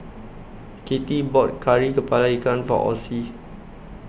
Katie bought Kari Kepala Ikan For Ossie